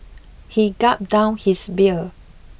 he gulped down his beer